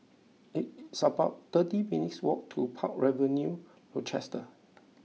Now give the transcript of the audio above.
it it's about thirty minutes' walk to Park Avenue Rochester